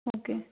okay